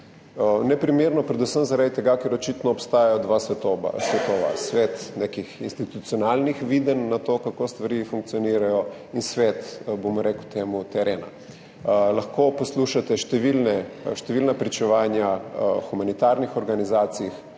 Neprimerno predvsem zaradi tega, ker očitno obstajata dva svetova, svet nekih institucionalnih videnj na to, kako stvari funkcionirajo, in svet, bom rekel temu, terena. Lahko poslušate številna pričevanja humanitarnih organizacij,